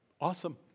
Awesome